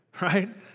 right